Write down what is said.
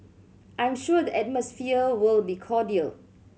I'm sure the atmosphere will be cordial